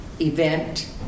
event